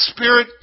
Spirit